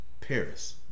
Paris